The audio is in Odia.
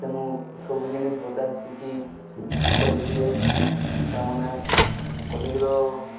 ତେଣୁ ସବୁ ଜିନିଷ ବତା ହେସିକି ଇ କଲେଜରେ ତା'ମାନେ କଲେଜର